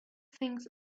things